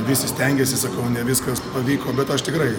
visi stengiasi sakau ne viskas pavyko bet aš tikrai